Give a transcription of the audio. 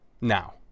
now